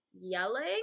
yelling